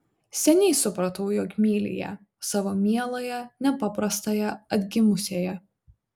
seniai supratau jog myli ją savo mieląją nepaprastąją atgimusiąją